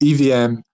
EVM